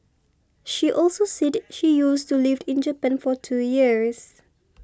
she also said she used to lived in Japan for two years